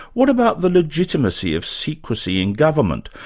what about the legitimacy of secrecy in government?